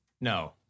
No